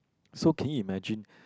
so can you imagine